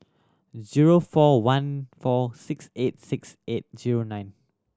zero four one four six eight six eight zero nine